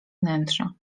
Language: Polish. wnętrza